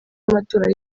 amatora